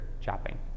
chopping